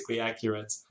accurate